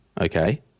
Okay